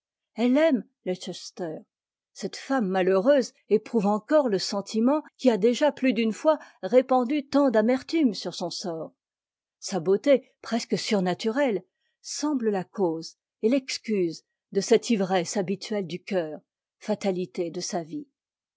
cette femme malheureuse éprouve encore le sentiment qui a déjà plus d'une fois répandu tant d'amertume sur son sort sa beauté presque surnaturelle semble la caûse et l'excuse de cette ivresse habituelle du cœur fatalité de sa vie